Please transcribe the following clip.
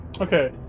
Okay